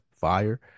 fire